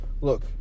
Look